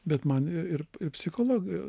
bet man ir ir psichologai